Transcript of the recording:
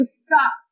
stop